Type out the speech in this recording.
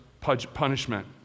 punishment